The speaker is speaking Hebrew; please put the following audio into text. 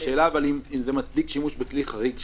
השאלה אם זה מצדיק שימוש בכלי חריג כזה.